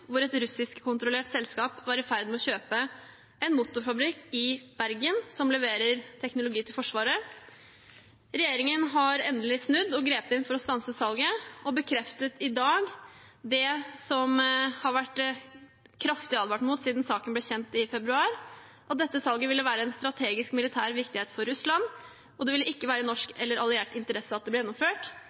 hvor et russisk-kontrollert selskap var i ferd med å kjøpe en motorfabrikk i Bergen som leverer teknologi til Forsvaret. Regjeringen har endelig snudd og grepet inn for å stanse salget, og bekreftet i dag det som det har vært kraftig advart mot siden saken ble kjent i februar, at dette salget ville være av strategisk militær viktighet for Russland, og at det ikke ville være i norsk eller alliert interesse at det ble gjennomført.